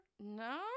No